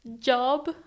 job